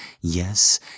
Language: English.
yes